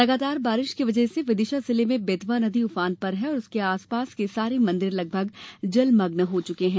लगातार बारिश की वजह से विदिशा जिले में बेतवा नदी ऊफान पर है और उसके आसपास के सारे मंदिर जलमग्न हो चुके हैं